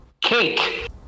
Cake